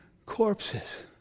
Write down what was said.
Corpses